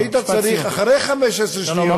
היית צריך אחרי 15 שניות, לא, לא.